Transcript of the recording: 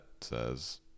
says